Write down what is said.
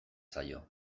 zaio